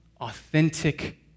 authentic